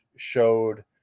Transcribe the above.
showed